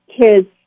kids